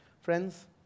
Friends